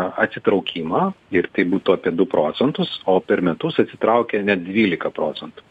atsitraukimą ir tai būtų apie du procentus o per metus atsitraukė net dvylika procentų